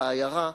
מה נשאר?